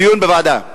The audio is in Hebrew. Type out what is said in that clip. דיון בוועדה.